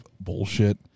bullshit